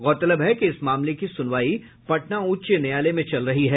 गौरतलब है कि इस मामले की सुनवाई पटना उच्च न्यायालय में चल रही है